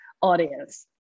audience